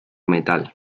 metal